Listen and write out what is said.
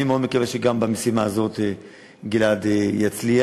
אני מאוד מקווה שגם במשימה הזאת גלעד יצליח.